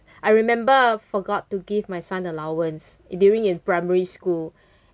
I remember I forgot to give my son allowance during in primary school